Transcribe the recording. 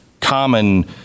common